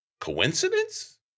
Coincidence